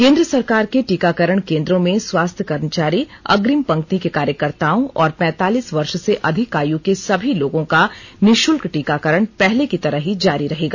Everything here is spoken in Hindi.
केंद्र सरकार के टीकाकरण केंद्रों में स्वास्थ्य कर्मचारी अग्रिम पंक्ति के कार्यकर्ताओं और पैंतालीस वर्ष से अधिक आयु के सभी लोगों का निःशुल्क टीकाकरण पहले की तरह ही जारी रहेगा